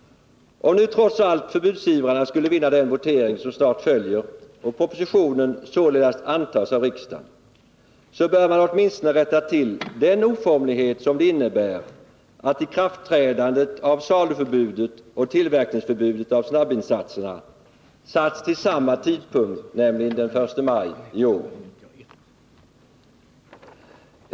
Om trots allt förbudsivrarna skulle vinna den votering som snart följer och propositionen således antas av riksdagen, bör man åtminstone rätta till den oformlighet som det innebär att ikraftträdandet av saluförbudet och tillverkningsförbudet för snabbvinsatserna satts till samma tidpunkt, nämligen den 1 maj i år.